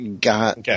got